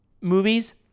movies